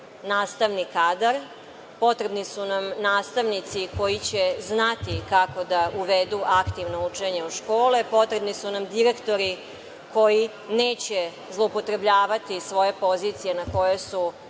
nastavni kadar. Potrebni su nam nastavnici koji će znati kako da uvedu aktivno učenje u škole. Potrebni su nam direktori koji neće zloupotrebljavati svoje pozicije na koje su,